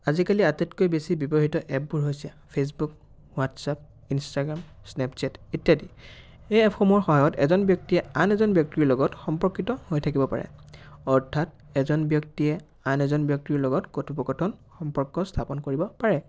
আজিকালি আটাইতকৈ বেছি ব্যৱহৃত এপবোৰ হৈছে ফেচবুক হোৱাটছআপ ইনষ্টাগ্ৰাম স্নেপছেট ইত্যাদি এই এপসমূহৰ সহায়ত এজন ব্যক্তিয়ে আন এজন ব্যক্তিৰ লগত সম্পৰ্কিত হৈ থাকিব পাৰে অৰ্থাৎ এজন ব্যক্তিয়ে আন এজন ব্যক্তিৰ লগত কথোপকথন সম্পৰ্ক স্থাপন কৰিব পাৰে